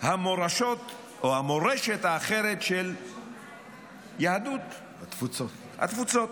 המורשות או המורשת האחרת של יהדות התפוצות.